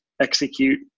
execute